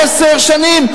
עשר שנים.